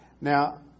Now